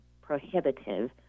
prohibitive